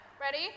Ready